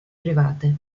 private